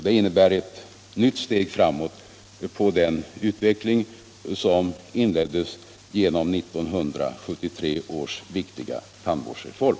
Det innebär ett nytt steg framåt på den utveckling som inleddes genom 1973 års viktiga tandvårdsreform.